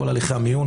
כל הליכי המיון,